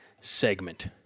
segment